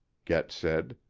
get said.